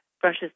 brushes